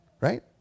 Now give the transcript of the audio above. Right